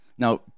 Now